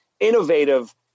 innovative